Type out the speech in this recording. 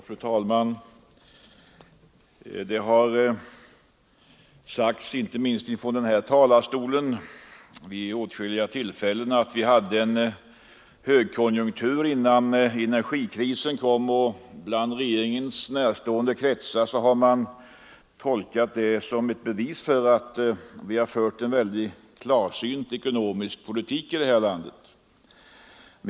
Fru talman! Det har sagts vid åtskilliga tillfällen, inte minst från denna talarstol, att vi hade en högkonjunktur innan energikrisen kom, och i regeringen närstående kretsar har man tolkat det som ett bevis för att vi har fört en väldigt klarsynt ekonomisk politik i det här landet.